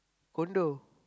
condo